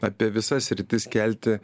apie visas sritis kelti